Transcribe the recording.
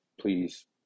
please